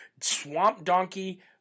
swamp-donkey